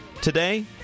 today